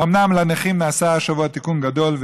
אומנם לנכים נעשה השבוע תיקון גדול,